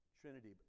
trinity